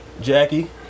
Jackie